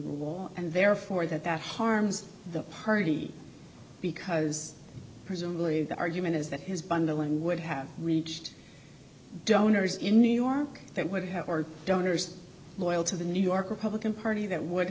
rule and therefore that that harms the party because presumably the argument is that his bundling would have reached donors in new york that would have our donors loyal to the new york republican party that would